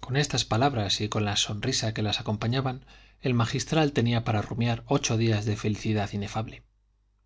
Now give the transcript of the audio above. con estas palabras y con las sonrisas que las acompañaban el magistral tenía para rumiar ocho días de felicidad inefable